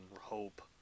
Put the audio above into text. hope